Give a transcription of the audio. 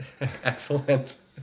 Excellent